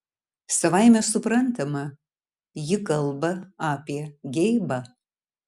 savaime suprantama ji kalba apie geibą